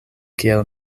kiel